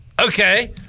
Okay